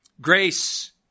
Grace